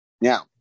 Now